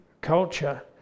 culture